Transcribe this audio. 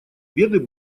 беды